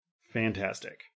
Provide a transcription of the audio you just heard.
Fantastic